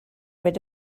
rid